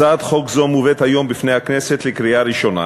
הצעת חוק זו מובאת היום בפני הכנסת לקריאה ראשונה